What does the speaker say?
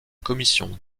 commission